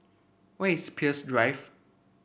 where is Peirce Drive